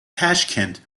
tashkent